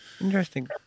Interesting